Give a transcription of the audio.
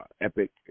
Epic